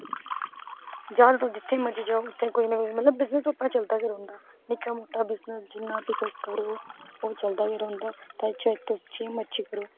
जित्थै बी मर्जी जाओ उत्थे कोई ना कोई बिजनस अपना चलदा गै रौंहदा निक्का मुट्टा बिजनस जिन्ना बी तुस करो ओह् चलदा गै रौंहदा ते तुस जियां मर्जी करो